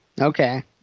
Okay